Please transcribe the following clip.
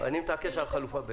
אני אתעקש על חלופה ב'.